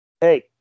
Hey